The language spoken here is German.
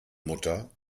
mutter